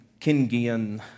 Kingian